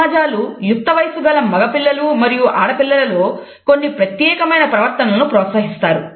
చాలా సమాజాలు యుక్త వయసు గల మగ పిల్లలు మరియు ఆడపిల్లలలో కొన్ని ప్రత్యేకమైన ప్రవర్తనలను ప్రోత్సహిస్తారు